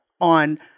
on